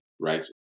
right